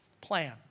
plan